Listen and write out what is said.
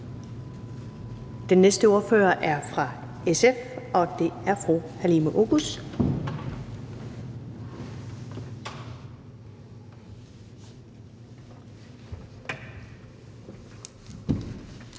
Den næste ordfører er fra SF, og det er fru Halime Oguz.